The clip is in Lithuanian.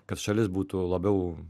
kad šalis būtų labiau